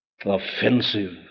Offensive